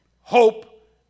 hope